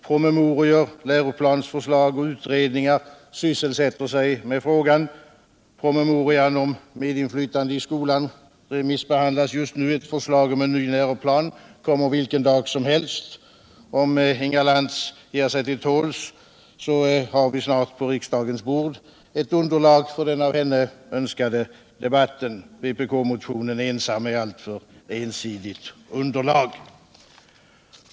Promemorior, läroplansförslag och utredningar sysselsätter sig med frågan. Promemorian om medinflytande i skolan remissbehandlas just nu. Ett förslag om en ny läroplan kommer vilken dag som helst. Om Inga Lantz ger sig till tåls har vi snart på riksdagens bord ett underlag för den av henne önskade skoldemokratidebatten. Vpk-motionen ensam är ett alltför ensidigt underlag.